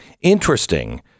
interesting